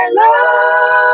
love